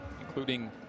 including